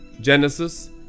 genesis